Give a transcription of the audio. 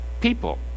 people